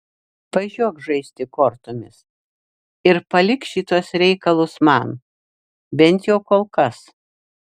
važiuok žaisti kortomis ir palik šituos reikalus man bent jau kol kas